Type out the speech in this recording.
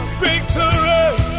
victory